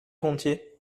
gontier